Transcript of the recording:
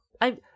I-